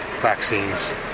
vaccines